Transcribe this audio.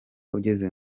ugeze